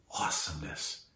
awesomeness